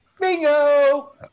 Bingo